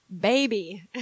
baby